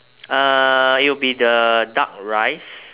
uh it'll be the duck rice